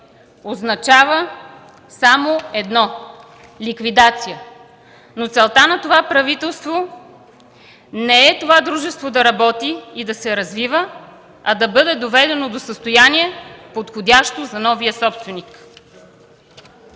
означава само едно – ликвидация. Но целта на това правителство не е дружеството да работи и да се развива, а да бъде доведено до състояние, подходящо за новия собственик.